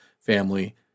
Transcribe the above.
family